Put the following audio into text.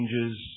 changes